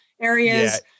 areas